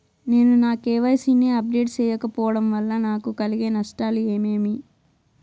నేను నా కె.వై.సి ని అప్డేట్ సేయకపోవడం వల్ల నాకు కలిగే నష్టాలు ఏమేమీ?